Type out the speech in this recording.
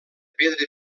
pedra